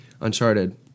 Uncharted